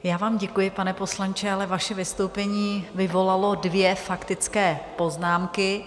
Já vám děkuji, pane poslanče, ale vaše vystoupení vyvolalo dvě faktické poznámky.